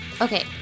Okay